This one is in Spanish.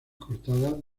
cortadas